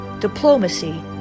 diplomacy